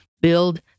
Build